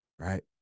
Right